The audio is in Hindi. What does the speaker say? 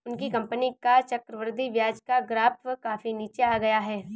उनकी कंपनी का चक्रवृद्धि ब्याज का ग्राफ काफी नीचे आ गया है